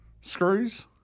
screws